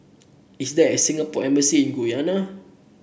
is there a Singapore Embassy in Guyana